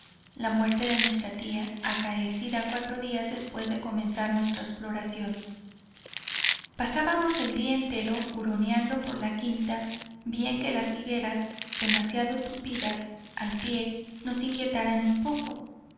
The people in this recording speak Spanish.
la muerte de nuestra tía acaecida cuatro días después de comenzar nuestra exploración pasábamos el día entero huroneando por la quinta bien que las higueras demasiado tupidas al pie nos inquietaran un poco